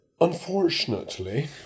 unfortunately